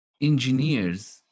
engineers